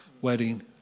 wedding